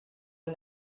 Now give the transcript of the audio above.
you